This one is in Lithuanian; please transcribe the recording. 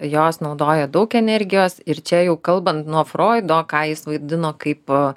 jos naudoja daug energijos ir čia jau kalbant nuo froido ką jis vaidino kaip a